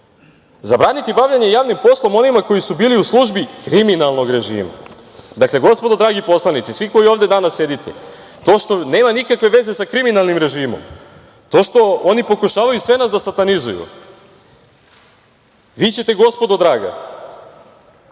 bavljenje javnim poslom onima koji su bili u službi kriminalnog režima. Gospodo, dragi poslanici, svi koji danas ovde sedite, to što nema nikakve veze sa kriminalnim režimom, to što oni pokušavaju sve nas da satanizuju, vi ćete, gospodo draga,